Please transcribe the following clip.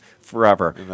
forever